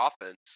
offense